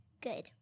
Good